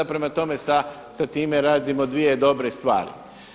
Prema tome, sa time radimo dvije dobre stvari.